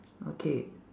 okay